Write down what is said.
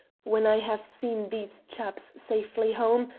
when i have seen these chaps safely home,